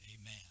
Amen